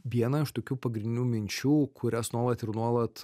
vieną iš tokių pagrindinių minčių kurias nuolat ir nuolat